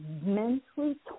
mentally